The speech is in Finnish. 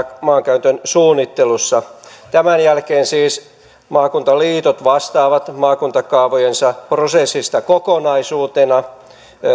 maankäytön suunnittelussa tämän jälkeen siis maakuntaliitot vastaavat maakuntakaavojensa prosessista kokonaisuutena